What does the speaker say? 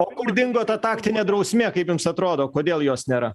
o kur dingo ta taktinė drausmė kaip jums atrodo kodėl jos nėra